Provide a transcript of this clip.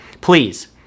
Please